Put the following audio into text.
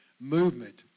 movement